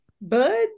Bud